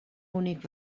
únic